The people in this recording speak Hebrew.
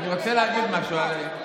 הוא מציע את זה על דעת עצמו.